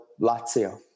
Lazio